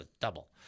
double